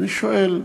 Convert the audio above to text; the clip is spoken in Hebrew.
ואני שואל: